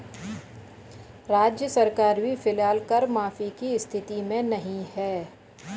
राज्य सरकार भी फिलहाल कर माफी की स्थिति में नहीं है